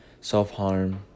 self-harm